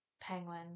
Penguin